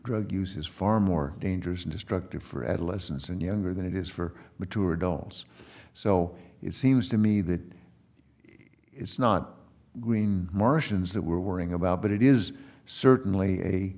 drug use is far more dangerous and destructive for adolescents and younger than it is for mature adults so it seems to me that it's not green martians that we're worrying about but it is certainly a